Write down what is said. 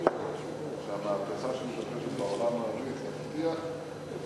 שהמהפכה שמתרחשת בעולם הערבי תבטיח את